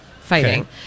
fighting